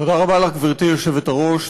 היושבת-ראש,